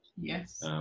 Yes